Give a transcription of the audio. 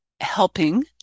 helping